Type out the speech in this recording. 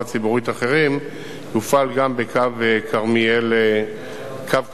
ציבורית אחרים הופעל גם בקו כרמיאל עכו.